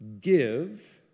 Give